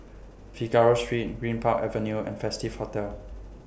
Figaro Street Greenpark Avenue and Festive Hotel